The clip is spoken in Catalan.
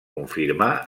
confirmar